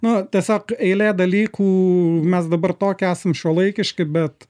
na tiesiog eilė dalykų mes dabar tokie esam šiuolaikiški bet